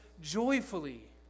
joyfully